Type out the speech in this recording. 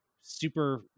super